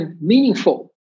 meaningful